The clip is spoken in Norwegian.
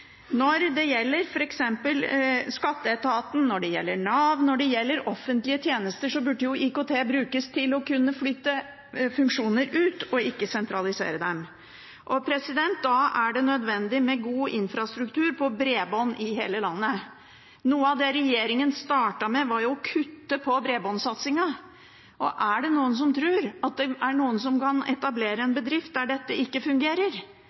Når det gjelder f.eks. skatteetaten, Nav og offentlige tjenester, burde IKT brukes til å flytte funksjoner ut og ikke til å sentralisere dem. Da er det nødvendig med god bredbåndsinfrastruktur i hele landet. Noe av det regjeringen startet med, var å kutte i bredbåndssatsingen. Er det noen som tror at man kan etablere en bedrift der dette ikke fungerer?